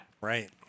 Right